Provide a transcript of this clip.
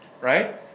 right